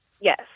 Yes